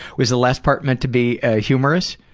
was the last part meant to be ah humorous?